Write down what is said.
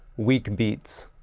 weak beats.